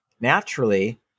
Naturally